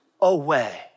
away